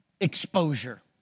Exposure